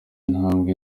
intambwe